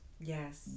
yes